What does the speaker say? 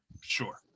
sure